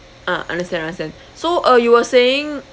ah understand understand so uh you were saying